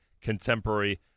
contemporary